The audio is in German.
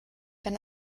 wenn